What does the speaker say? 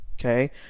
okay